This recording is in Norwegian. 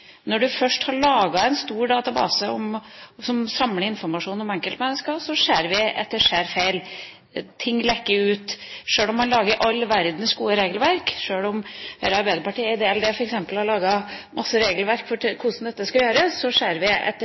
Når man først har laget en stor database som samler informasjon om enkeltmennesker, så ser vi at det skjer feil. Ting lekker ut. Sjøl om en lager all verdens gode regelverk, sjøl om Høyre og Arbeiderpartiet f.eks. har laget masse regelverk for hvordan dette skal gjøres, ser vi